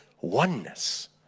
oneness